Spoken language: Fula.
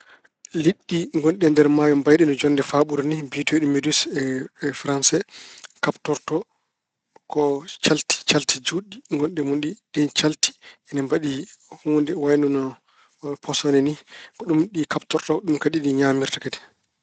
Liɗɗi ngonɗi e nder maayo mbayɗi no jonnde faaɓuru ni, biyeteeɗi medis e Farayse, kaɓtorto ko calti calti juutɗi ngonɗi e mun ɗi. Ɗiin calti ina mbaɗi huunde wayno no posone ni. Ko ɗum ɗi kaɓtorto, ɗum kadi ɗi ñaamirta kadi.